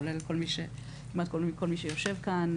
כולל כמעט כל מי שיושב כאן.